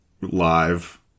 live